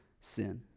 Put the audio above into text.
sin